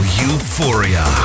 euphoria